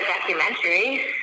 documentary